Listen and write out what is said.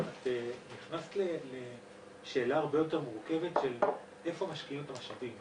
את נכנסת לשאלה הרבה יותר מורכבת של איפה משקיעים את המשאבים.